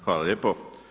Hvala lijepo.